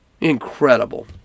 Incredible